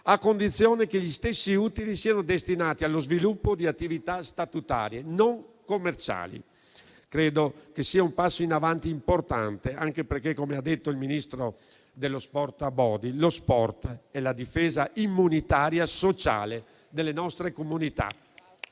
a condizione che gli stessi utili siano destinati allo sviluppo di attività statutarie non commerciali. Credo sia un passo in avanti importante, anche perché - come ha detto il ministro per lo sport e i giovani Abodi - lo sport è la difesa immunitaria sociale delle nostre comunità